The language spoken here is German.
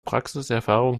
praxiserfahrung